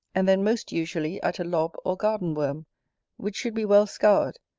and then most usually at a lob or garden-worm, which should be well scoured,